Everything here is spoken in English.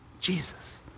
Jesus